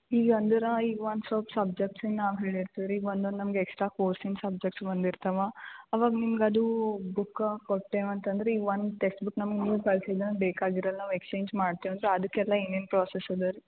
ಈಗ ಅಂದ್ರೆ ಈಗ ಒಂದು ಸ್ವಲ್ಪ ಸಬ್ಜೆಕ್ಟ್ಸಿನ ನಾವು ಹೇಳಿರ್ತೀವಿ ರೀ ಈಗ ಒಂದೊಂದು ಎಕ್ಸ್ಟ್ರಾ ಕೋರ್ಸಿಂದು ಸಬ್ಜೆಕ್ಟ್ಸ್ ಬಂದಿರ್ತವೆ ಅವಾಗ ನಿಮ್ಗೆ ಅದು ಬುಕ್ಕಾ ಕೊಟ್ಟೇವೆ ಅಂತ ಅಂದ್ರೆ ಈಗ ಒಂದು ಟೆಕ್ಸ್ಟ್ ಬುಕ್ ನಮ್ಗೆ ನೀವು ಕಳ್ಸಿದ್ದು ಅನ್ ಬೇಕಾಗಿರೋಲ್ಲ ನಾವು ಎಕ್ಸ್ಚೇಂಜ್ ಮಾಡ್ತೇವೆ ಸೊ ಅದಕ್ಕೆಲ್ಲ ಏನೇನು ಪ್ರೋಸೆಸ್ ಇದಾವೆ ರೀ